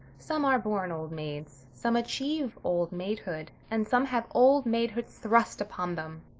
some are born old maids, some achieve old maidenhood, and some have old maidenhood thrust upon them,